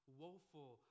woeful